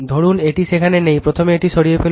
ধরুন এটি সেখানে নেই প্রথমে এটি সরিয়ে ফেলুন